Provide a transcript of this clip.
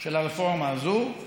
של הרפורמה הזאת,